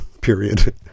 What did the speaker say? period